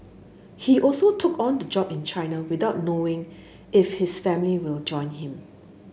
he also took on the job in China without knowing if his family will join him